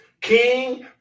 king